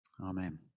Amen